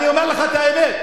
אני אומר לך את האמת,